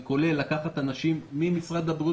זה כולל לקחת אנשים ממשרד הבריאות